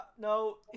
No